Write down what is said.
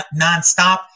nonstop